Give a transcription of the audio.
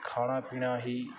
ਖਾਣਾ ਪੀਣਾ ਹੀ